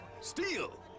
Steel